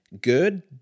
Good